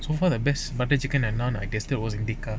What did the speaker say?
so far the best butter chicken and none I guess it was in tekka